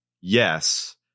Yes